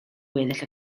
weddill